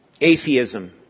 Atheism